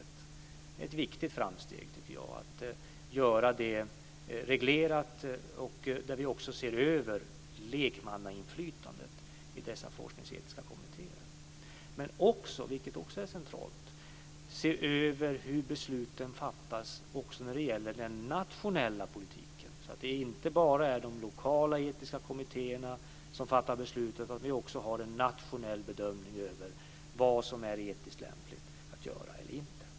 Det är ett viktigt framsteg, tycker jag, att göra det reglerat. Vi ska också se över lekmannainflytandet i dessa forskningsetiska kommittéer. Det är också centralt att vi ser över hur besluten fattas när det gäller den nationella politiken, så att det inte bara är de lokala etiska kommittéerna som fattar beslut utan att vi också gör en nationell bedömning av vad som är etiskt lämpligt och vad om inte är det.